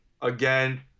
Again